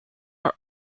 are